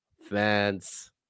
fans